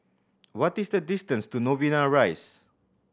what is the distance to Novena Rise